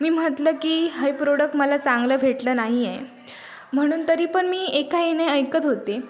मी म्हटलं की हे प्रोडक्ट मला चांगलं भेटलं नाही आहे म्हणून तरी पण मी एका ह्याने ऐकत होते